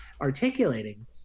articulating